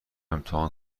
امتحان